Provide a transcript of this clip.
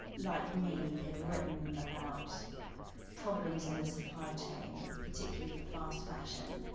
like me, had written about problems in the supply chain, particularly for fast fashion,